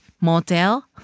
motel